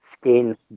skin